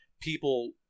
people